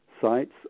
sites